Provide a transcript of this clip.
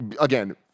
again